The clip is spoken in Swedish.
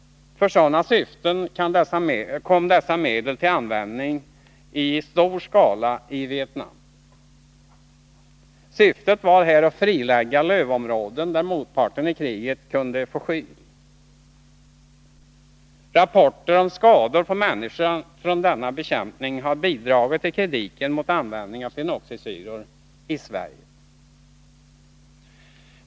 För sådana syften kom dessa medel till användning i stor skala i Vietnam. Syftet var här att frilägga lövområden där motparten i kriget kunde få skyl. Rapporter om skador på människor från denna bekämpning har bidragit till kritiken mot användning av fenoxisyror i Sverige.